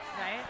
right